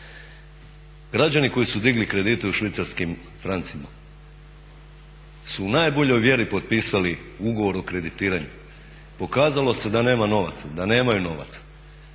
Građani koji su digli kredite u švicarskim francima su u najboljoj vjeri potpisali ugovor o kreditiranju. Pokazalo se da nema novaca, da nemaju novaca.